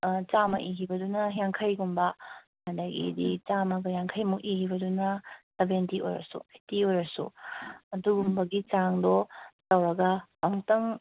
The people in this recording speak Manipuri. ꯆꯥꯝꯃ ꯏꯤꯈꯤꯕꯗꯨꯅ ꯌꯥꯡꯈꯩꯒꯨꯝꯕ ꯑꯗꯒꯤ ꯆꯥꯝꯃꯒ ꯌꯥꯡꯈꯩꯃꯨꯛ ꯏꯤꯈꯤꯕꯗꯨꯅ ꯁꯕꯦꯟꯇꯤ ꯑꯣꯏꯔꯁꯨ ꯑꯦꯠꯇꯤ ꯑꯣꯏꯔꯁꯨ ꯑꯗꯨꯒꯨꯝꯕꯒꯤ ꯆꯥꯡꯗꯣ ꯇꯧꯔꯒ ꯑꯃꯨꯛꯇꯪ